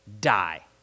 die